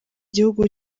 gihugu